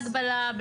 בלי הגבלה?